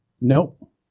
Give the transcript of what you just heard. Nope